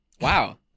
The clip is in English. Wow